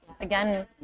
again